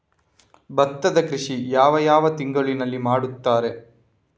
ಭತ್ತದ ಕೃಷಿ ಯಾವ ಯಾವ ತಿಂಗಳಿನಲ್ಲಿ ಮಾಡುತ್ತಾರೆ?